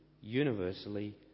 universally